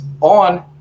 on